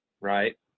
right